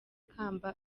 kamba